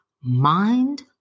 mind